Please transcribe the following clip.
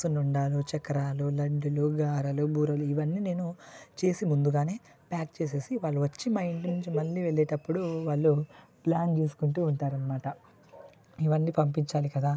సున్నుండాలు చక్రాలు లడ్డులు గారెలు బూరెలు ఇవన్నీ నేను చేసి ముందుగానే ప్యాక్ చేసి వాళ్ళు వచ్చి మా ఇంటి నుంచి మళ్ళీ వెళ్ళేటప్పుడు వాళ్ళు ప్లాన్ చేసుకుంటు ఉంటాను అన్నమాట ఇవన్నీ పంపించాలి కదా